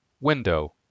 Window